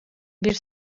bir